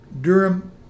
Durham